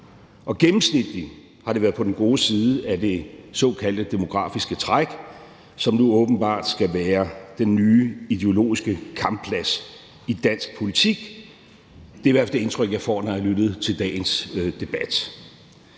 og gennemsnitligt har det været på den gode side af det såkaldte demografiske træk, som nu åbenbart skal være den nye ideologiske kampplads i dansk politik – det er i hvert fald det indtryk, jeg har fået, når jeg har lyttet til dagens debat